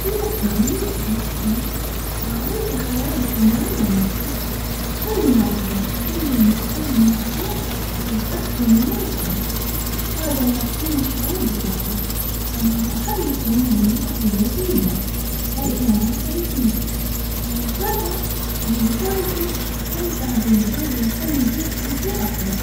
في المكان اللي اعيش فيه عندي حوالي ثمان نوافذ كل نافذة تخلي المكان مفتوح وتدخل نور الشمس وهذا يعطيني شعور بالراحة احب يكون عندي تهوية جيدة واضاءة طبيعية يساعدني استمتع بالجو يخلي البيت يبدو اكبر.